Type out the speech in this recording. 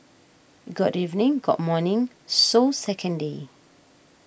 got evening got morning so second day